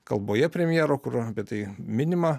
kalboje premjero kur apie tai minima